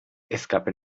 escape